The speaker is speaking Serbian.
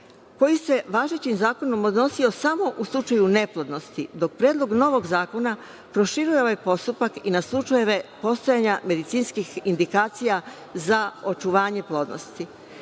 koji se važećim zakonom odnosio samo u slučaju neplodnosti, dok predlog novog zakona proširuje ovaj postupak i na slučajeve postojanja medicinskih indikacija za očuvanje plodnosti. Na